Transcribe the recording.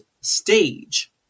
stage